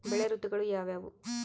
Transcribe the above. ಬೆಳೆ ಋತುಗಳು ಯಾವ್ಯಾವು?